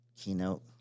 keynote